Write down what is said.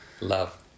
love